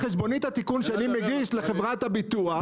חשבונית התיקון שאני מגיש לחברת הביטוח,